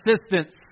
assistance